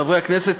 חברי הכנסת,